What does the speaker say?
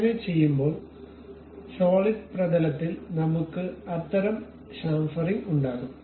അങ്ങനെ ചെയ്യുമ്പോൾ സോളിഡ് പ്രതലത്തിൽ നമുക്ക് അത്തരം ഷാംഫെറിംഗ് ഉണ്ടാകും